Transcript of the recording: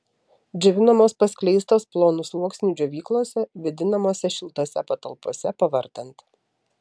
džiovinamos paskleistos plonu sluoksniu džiovyklose vėdinamose šiltose patalpose pavartant